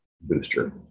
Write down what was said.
booster